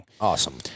Awesome